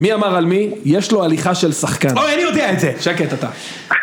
מי אמר על מי, יש לו הליכה של שחקן. אוי, אני יודע את זה. שקט, אתה.